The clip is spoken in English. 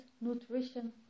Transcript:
nutrition